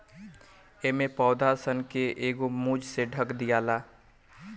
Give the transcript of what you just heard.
एमे पौधा सन के एगो मूंज से ढाप दियाला